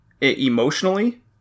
emotionally